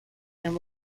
and